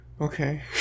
Okay